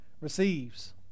receives